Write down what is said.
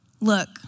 look